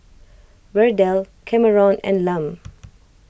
Verdell Kameron and Lum